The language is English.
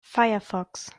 firefox